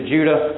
Judah